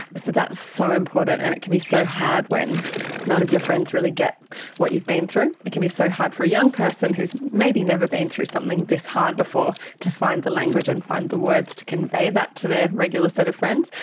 so that's so important, and it can be so hard when none of your friends really get what you've been through. it can be so hard for a young person who has maybe never been through something this hard before to find the language and find the words to convey that to their regular set of friends.